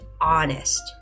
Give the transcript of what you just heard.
honest